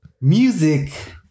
Music